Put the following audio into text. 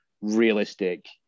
realistic